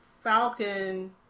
Falcon